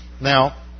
Now